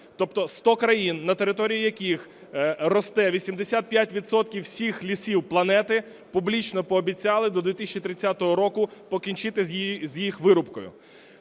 Тобто 100 країн, на території яких росте 85 відсотків всіх лісів планети, публічно пообіцяли до 2030 року покінчити з їх вирубкою.